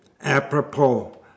apropos